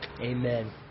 Amen